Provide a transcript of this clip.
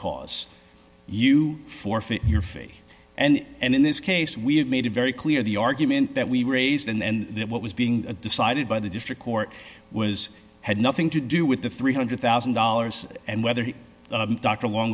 cause you forfeit your faith and in this case we have made it very clear the argument that we were raised and that what was being decided by the district court was had nothing to do with the three hundred thousand dollars and whether the doctor along